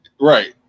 Right